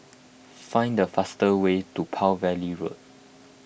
find the fast way to Palm Valley Road